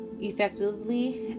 Effectively